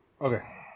Okay